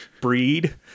breed